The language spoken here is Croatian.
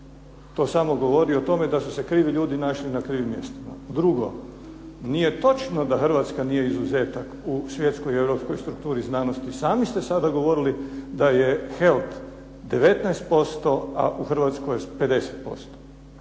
To samo govori o tome da su se krivi ljudi našli na krivim mjestima. Drugo, nije točno da Hrvatska nije izuzetak u svjetskoj europskoj strukturi znanosti. Sami ste sada govorili da je Helt 19%, a u Hrvatskoj 50%.